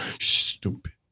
stupid